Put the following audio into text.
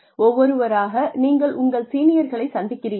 ஒவ்வொருவருவராக நீங்கள் உங்கள் சீனியர்களை சந்திக்கிறீர்கள்